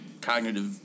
cognitive